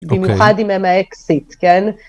‫במיוחד עם האקסית, כן?